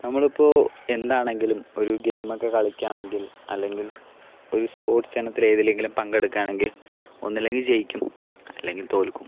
നമ്മളിപ്പോൾ എന്താണെങ്കിലും ഒരു ഗെയിമൊക്കെ കളിക്കുകയാണെങ്കിൽ അല്ലെങ്കിൽ ഒരു സ്പോർട്സ് ഇനത്തിൽ ഏതിലെങ്കിലും പങ്കെടുക്കുകയാണെങ്കിൽ ഒന്നില്ലെങ്കിൽ ജയിക്കും അല്ലെങ്കിൽ തോൽക്കും